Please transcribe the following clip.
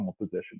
position